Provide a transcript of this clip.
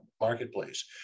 marketplace